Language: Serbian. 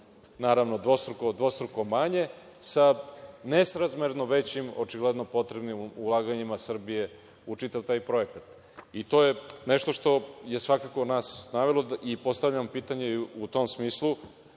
naravno dvostruko manje, sa nesrazmerno većim, očigledno potrebnim ulaganjima Srbije u čitav taj projekat. To je nešto što je svakako nas i navelo i postavljam pitanje u tom smislu